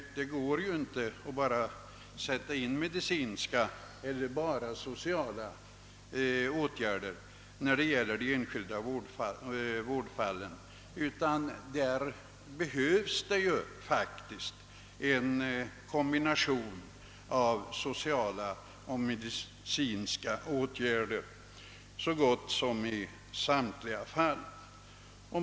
Det går inte att sätta in bara medicinska eller bara sociala åtgärder i de enskilda vårdfallen, utan det behövs en kombination av dessa åtgärder i så gott som samtliga fall.